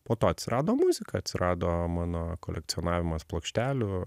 po to atsirado muzika atsirado mano kolekcionavimas plokštelių